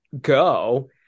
go